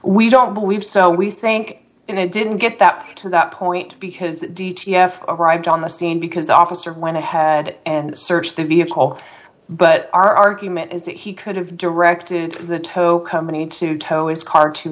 we don't believe so we think it didn't get that to that point because d t f arrived on the scene because the officer went ahead and searched the vehicle but our argument is that he could have directed the tow company to tow is car to